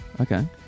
okay